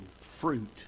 fruit